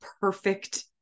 perfect